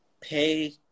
pay